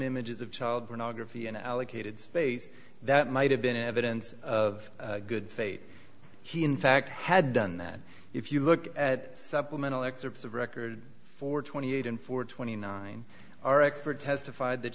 images of child pornography and allocated space that might have been evidence of good faith he in fact had done that if you look at supplemental excerpts of record for twenty eight and for twenty nine our expert testified that